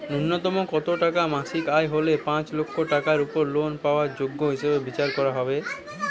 ন্যুনতম কত টাকা মাসিক আয় হলে পাঁচ লক্ষ টাকার উপর লোন পাওয়ার যোগ্য হিসেবে বিচার করা হবে?